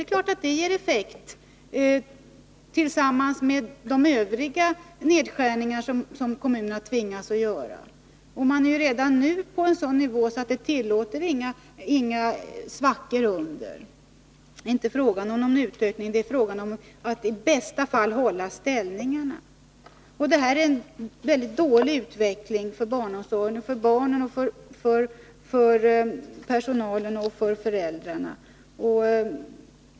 Självfallet ger det effekter, tillsammans med de övriga nedskärningar som kommunerna tvingas göra. Man är redan nu på en sådan nivå att det inte tillåts några svackor därunder. Det är inte fråga om en utökning, det är fråga om att i bästa fall hålla ställningarna. Det här är en väldigt dålig utveckling för barnomsorgen, för barnen, för personalen och för föräldrarna.